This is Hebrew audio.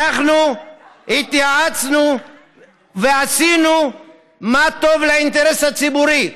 אנחנו התייעצנו ועשינו מה שטוב לאינטרס הציבורי.